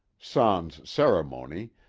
sans ceremonie,